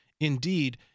Indeed